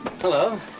Hello